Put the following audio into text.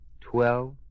Twelve